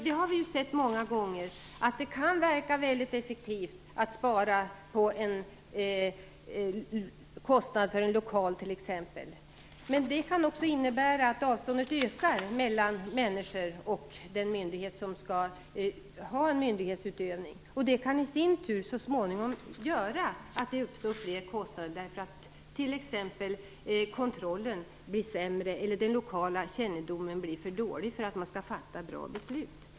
Vi har ju sett många gånger att det kan verka väldigt effektivt att spara på en kostnad för en lokal t.ex. Men det kan också innebära att avståndet ökar mellan människor och den myndighet som skall handlägga ärendet. Det kan i sin tur så småningom göra att det uppstår fler kostnader, eftersom t.ex. kontrollen blir sämre eller den lokala kännedomen blir för dålig för att man skall kunna fatta bra beslut.